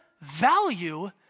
value